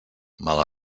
mala